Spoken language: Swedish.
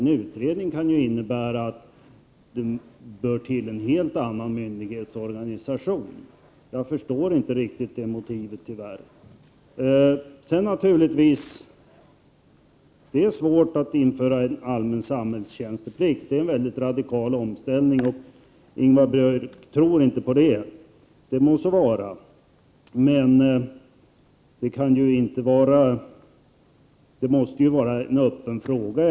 En utredning kan ju komma fram till att det behövs en helt annan myndighetsorganisation. Jag förstår tyvärr inte riktigt det motivet. Det är naturligtvis svårt att införa en allmän samhällstjänsteplikt. Det är en mycket radikal omställning, och Ingvar Björk tror inte på det. Det må så vara, men det måste i alla fall vara en öppen fråga.